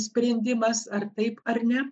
sprendimas ar taip ar ne